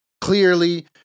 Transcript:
Clearly